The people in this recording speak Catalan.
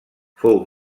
fou